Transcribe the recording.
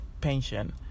pension